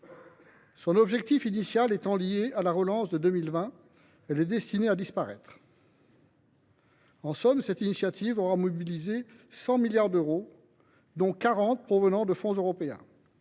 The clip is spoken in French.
Son objectif initial étant lié à la relance en 2020, elle est destinée à disparaître. En somme, cette initiative aura mobilisé 100 milliards d’euros, dont 40 milliards d’euros provenant de fonds européens,